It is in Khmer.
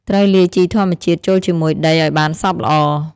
ត្រូវលាយជីធម្មជាតិចូលជាមួយដីឱ្យបានសព្វល្អ។